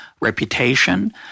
reputation